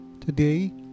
Today